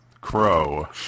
crow